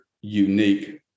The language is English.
unique